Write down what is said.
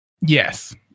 Yes